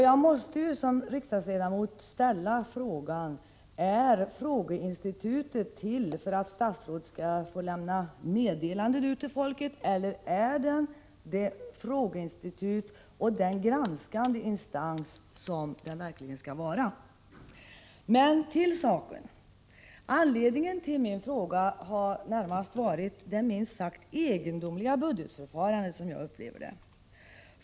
Då måste jag som riksdagsledamot ställa frågan: Är frågeinstitutet till för att statsråden skall få lämna meddelanden till folket eller är det den granskande instans och det frågeinstitut som det verkligen skall vara? Sedan till saken: Anledningen till min fråga har närmast varit det minst sagt egendomliga budgetförfarande som jag upplevt i denna fråga.